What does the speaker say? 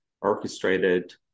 orchestrated